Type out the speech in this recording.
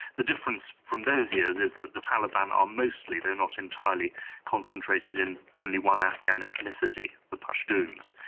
the difference from those years is that the taliban are mostly, they are not entirely concentrated in only one afghan ethnicity, the pashtuns,